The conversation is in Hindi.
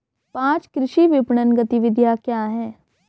पाँच कृषि विपणन गतिविधियाँ क्या हैं?